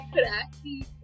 cracky